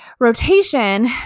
rotation